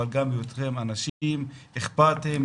אבל גם בהיותכם אנשים אכפתיים,